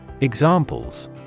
Examples